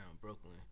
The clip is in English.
Brooklyn